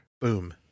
Boom